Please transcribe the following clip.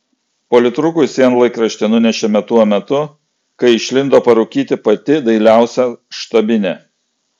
politrukui sienlaikraštį nunešėme tuo metu kai išlindo parūkyti pati dailiausia štabinė